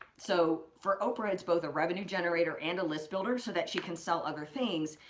so for oprah, it's both a revenue generator and a list builder so that she can sell other things,